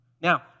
Now